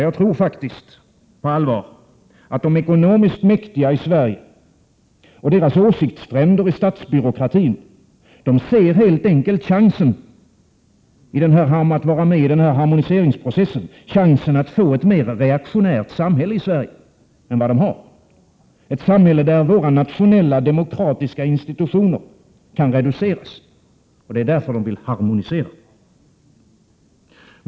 Jag tror faktiskt på allvar att de ekonomiskt mäktiga i Sverige och deras åsiktsfränder i statsbyråkratin helt enkelt ser chansen i denna harmoniseringsprocess att skapa ett mera reaktionärt samhälle, ett samhälle där våra nationella demokratiska institutioner kan reduceras. Därför vill man harmonisera.